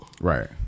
Right